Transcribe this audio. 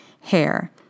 hair